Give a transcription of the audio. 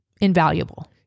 invaluable